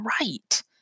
right